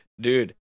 Dude